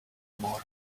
more